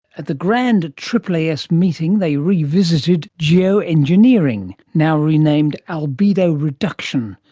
at the grand aaas meeting they revisited geo-engineering, now renamed albedo reduction.